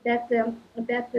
bet bet